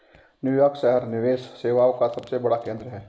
New York शहर निवेश सेवाओं का सबसे बड़ा केंद्र है